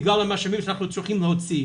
בגלל המרשמים שאנחנו צריכים להוציא,